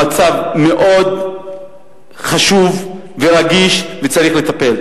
המצב מאוד חשוב ורגיש, וצריך לטפל.